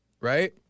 Right